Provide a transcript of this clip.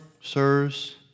sirs